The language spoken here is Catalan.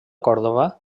còrdova